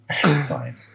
Fine